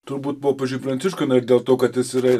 turbūt popiežiui pranciškui na ir dėl to kad jis yra